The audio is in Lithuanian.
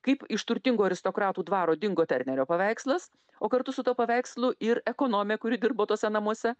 kaip iš turtingų aristokratų dvaro dingo ternerio paveikslas o kartu su tuo paveikslu ir ekonomė kuri dirbo tuose namuose